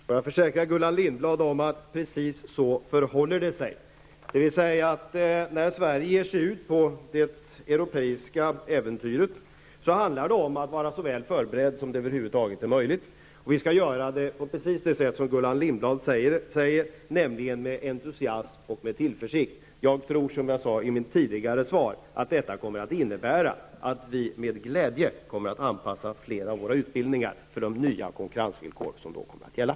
Fru talman! Jag kan försäkra Gullan Lindblad att det förhåller sig precis så. När Sverige ger sig ut på det europeiska äventyret, måste man vara så väl förberedd som det över huvud taget är möjligt. Vi skall förbereda oss med entusiasm och tillförsikt, precis som Gullan Som jag sade i mitt tidigare svar tror jag att detta innebär att vi med glädje kommer att anpassa flera av de svenska utbildningarna till de nya konkurrensvillkor som då kommer att gälla.